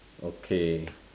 okay